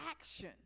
action